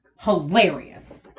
hilarious